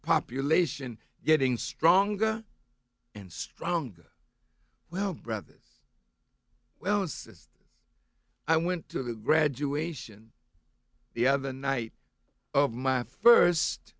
population getting stronger and stronger well rather i went to the graduation the other night of my first